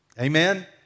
Amen